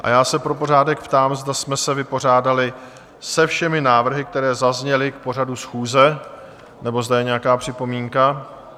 A já se pro pořádek ptám, zda jsme se vypořádali se všemi návrhy, které zazněly k pořadu schůze, nebo zda je nějaká připomínka?